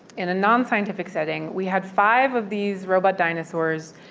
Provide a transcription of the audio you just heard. in a nonscientific setting, we had five of these robot dinosaurs.